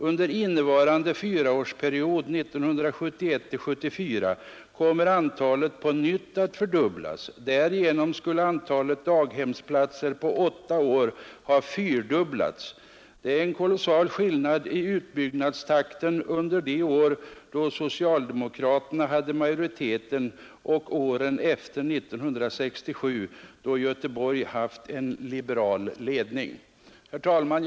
Under innevarande fyraårsperiod 1971—1974 kommer antalet på nytt att fördubblas. Därmed skulle antalet daghemsplatser på åtta år ha fyrdubblats. Det är en kolossal skillnad i utbyggnadstakt under de år då socialdemokraterna hade majoriteten mot åren efter 1967, då Göteborg haft en liberal ledning. Herr talman!